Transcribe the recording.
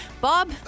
bob